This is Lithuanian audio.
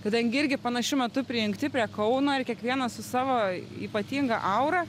kadangi irgi panašiu metu prijungti prie kauno ir kiekvienas su savo ypatinga aura